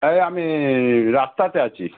আরে আমি রাস্তাতে আছি